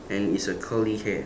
and is a curly hair